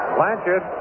Blanchard